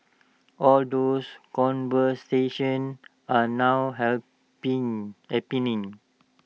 all those conversations are now happen happening